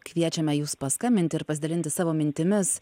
kviečiame jus paskambinti ir pasidalinti savo mintimis